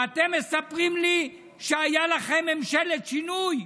ואתם מספרים לי שהייתה לכם ממשלת שינוי.